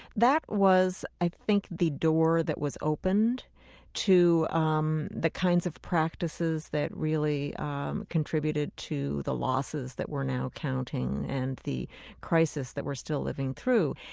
that was, i think, the door that was opened to um the kinds of practices that really um contributed to the losses that we're now counting and the crisis that we're still living through.